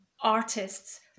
artists